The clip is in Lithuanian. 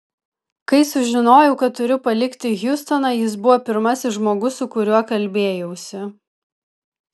kai sužinojau kad turiu palikti hjustoną jis buvo pirmasis žmogus su kuriuo kalbėjausi